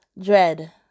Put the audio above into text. dread